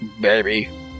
baby